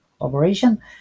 operation